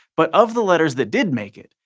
but of the letters that did make it,